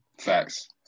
Facts